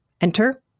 enter